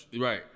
right